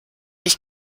ich